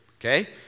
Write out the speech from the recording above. okay